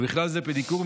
ובכלל זה פדיקור,